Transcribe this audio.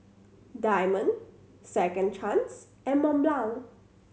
Diamond Second Chance and Mont Blanc